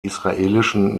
israelischen